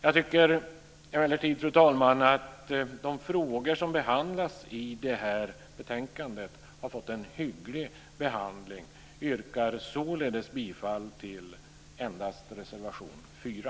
Jag tycker emellertid att de frågor som behandlas i betänkandet har fått en hygglig behandling. Jag yrkar således bifall till endast reservation 4.